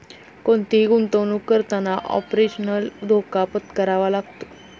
कोणतीही गुंतवणुक करताना ऑपरेशनल धोका पत्करावा लागतो